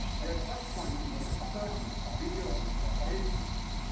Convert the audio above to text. their touchpoints included searches, video views, page views.